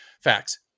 Facts